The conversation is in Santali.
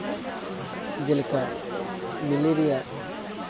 ᱡᱮᱞᱮᱠᱟ ᱢᱮᱞᱮᱨᱤᱭᱟ